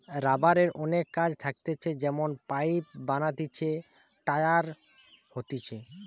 রাবারের অনেক কাজ থাকতিছে যেমন পাইপ বানাতিছে, টায়ার হতিছে